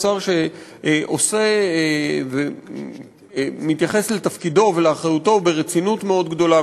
עושה ומתייחס לתפקידו ולאחריותו ברצינות מאוד גדולה,